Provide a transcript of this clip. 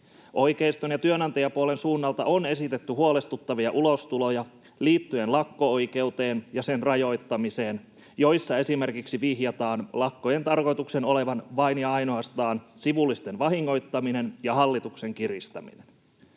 Oikeiston ja työnantajapuolen suunnalta on esitetty huolestuttavia ulostuloja liittojen lakko-oikeuteen ja sen rajoittamiseen, joissa esimerkiksi vihjataan lakkojen tarkoituksen olevan vain ja ainoastaan sivullisten vahingoittaminen ja hallituksen kiristäminen.